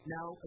Now